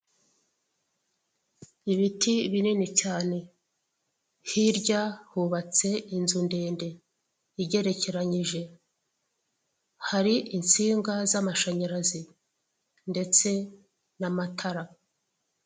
Ibiti binini cyane, hirya hubatse inzu ndende ijyerecyeranyije hari itsinga zamashanyarazi ndetse n'amatara.